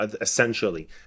essentially